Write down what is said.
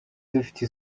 dufite